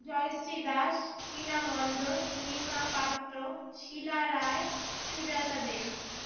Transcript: Jayashree Das Tina Mondal Rima Patra Sheela Roy Sujata দে